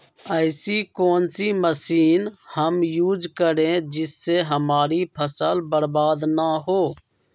ऐसी कौन सी मशीन हम यूज करें जिससे हमारी फसल बर्बाद ना हो?